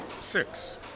six